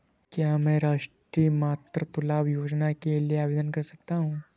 क्या मैं राष्ट्रीय मातृत्व लाभ योजना के लिए आवेदन कर सकता हूँ?